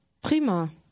Prima